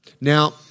Now